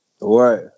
Right